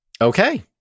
okay